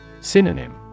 Synonym